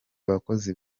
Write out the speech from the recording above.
abakozi